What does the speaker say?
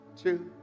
two